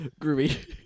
Groovy